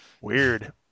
weird